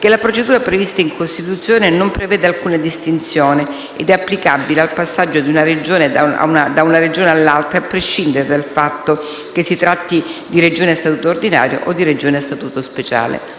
che la procedura prevista in Costituzione non prevede alcuna distinzione ed è applicabile al passaggio da una Regione a un'altra a prescindere dal fatto che si tratti di Regioni a statuto ordinario o di Regioni a Statuto speciale.